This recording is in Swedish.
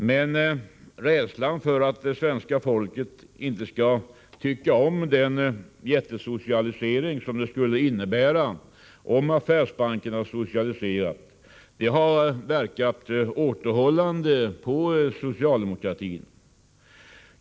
Men rädslan för att det svenska folket inte skall tycka om den jättesocialisering som det skulle innebära om affärsbankerna socialiserades har verkat återhållande på socialdemokratin.